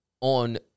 on